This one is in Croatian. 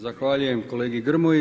Zahvaljujem kolegi Grmoji.